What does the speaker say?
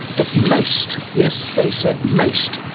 that most yes, they said most!